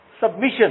submission